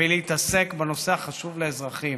ולהתעסק בנושא החשוב לאזרחים.